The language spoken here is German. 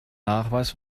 nachweis